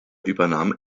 übernahm